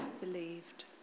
believed